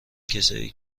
کسایی